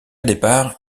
départ